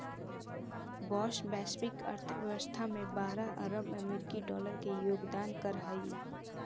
बाँस वैश्विक अर्थव्यवस्था में बारह अरब अमेरिकी डॉलर के योगदान करऽ हइ